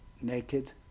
naked